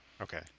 Okay